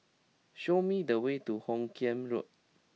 show me the way to Hoot Kiam Road